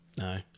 No